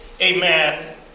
amen